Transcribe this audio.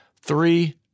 Three